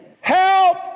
help